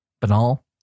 Banal